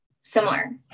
similar